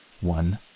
One